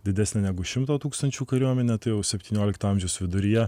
didesnę negu šimto tūkstančių kariuomenę tai jau septyniolikto amžiaus viduryje